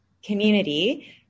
Community